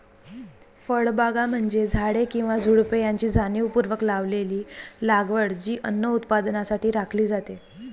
फळबागा म्हणजे झाडे किंवा झुडुपे यांची जाणीवपूर्वक लावलेली लागवड जी अन्न उत्पादनासाठी राखली जाते